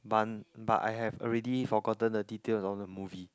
bun but I have already forgotten the detail of the movie